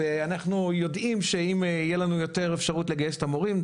אנחנו ידועים שאם תהיה לנו אפשרות טובה יותר לגייס את המורים,